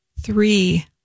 three